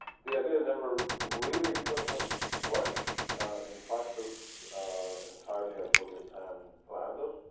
the idea never really could have worked in practice entirely as william penn planned it,